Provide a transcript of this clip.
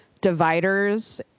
dividers